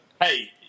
hey